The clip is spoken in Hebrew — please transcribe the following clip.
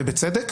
ובצדק.